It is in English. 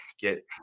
get